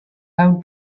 have